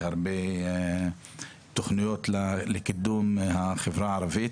בהרבה תוכניות לקידום החברה הערבית.